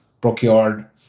procured